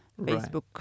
Facebook